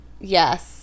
Yes